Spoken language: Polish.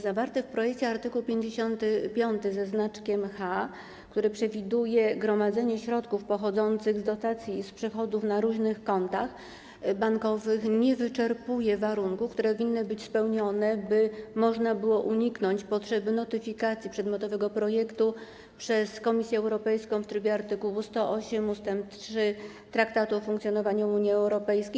Zawarty w projekcie art. 55h, który przewiduje gromadzenie środków pochodzących z dotacji i z przychodów na różnych kontach bankowych, nie wyczerpuje warunków, które powinny być spełnione, by można było uniknąć potrzeby notyfikacji przedmiotowego projektu przez Komisję Europejską w trybie art. 108 ust. 3 Traktatu o funkcjonowaniu Unii Europejskiej.